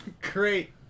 Great